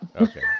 Okay